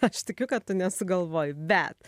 aš tikiu kad tu nesugalvoji bet